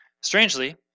Strangely